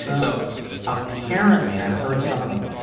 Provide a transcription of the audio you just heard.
so apparently, and i've heard some of them.